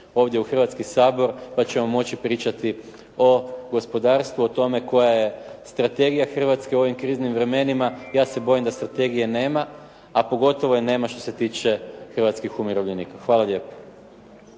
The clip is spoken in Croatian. ovdje u Hrvatski sabor pa ćemo moći pričati o gospodarstvu, o tome koja je strategija Hrvatske u ovim kriznim vremenima. Ja se bojim da strategije nema, a pogotovo je nema što se tiče hrvatskih umirovljenika. Hvala lijepo.